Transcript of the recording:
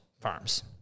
farms